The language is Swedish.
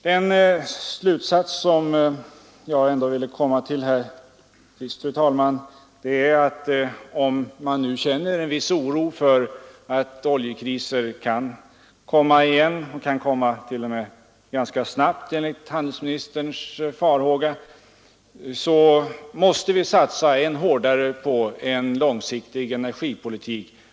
Den slutsats som jag ändå vill komma till, fru talman, är att vi — om vi nu känner en viss oro för att oljekrisen kan komma igen, och det ganska snart enligt handelsministerns farhågor — måste satsa ännu hårdare på en långsiktig energipolitik.